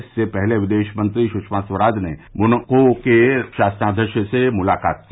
इससे पहले विदेश मंत्री सुषमा स्वराज ने आज सवेरे मोनाको के शासनाध्यक्ष से मुलाकात की